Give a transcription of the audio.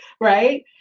right